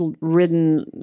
ridden